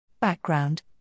Background